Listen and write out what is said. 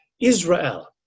Israel